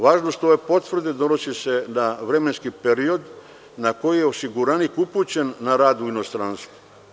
Važnost ove potvrde donosi se na vremenski period na koji je osiguranik upućen na rad u inostranstvo.